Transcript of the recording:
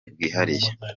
bwihariye